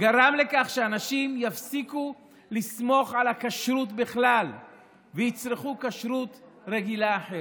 גרם לכך שאנשים יפסיקו לסמוך על הכשרות בכלל ויצרכו כשרות רגילה אחרת.